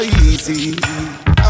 easy